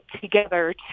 together